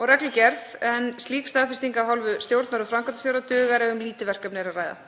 og reglugerð en slík staðfesting af hálfu stjórnar og framkvæmdastjóra dugar ef um lítil verkefni er að ræða.